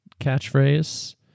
catchphrase